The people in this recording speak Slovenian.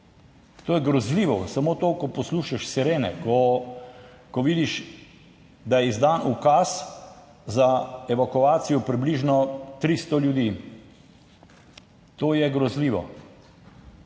To je grozljivo, samo to, ko poslušaš sirene, ko vidiš, da je izdan ukaz za evakuacijo približno 300 ljudi, to je grozljivo.